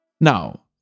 Now